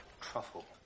truffle